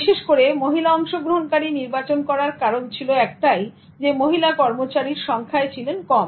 বিশেষ করে মহিলা অংশগ্রহণকারী নির্বাচন করার কারণ ছিল একটাই যে মহিলা কর্মচারীরা সংখ্যায় ছিল কম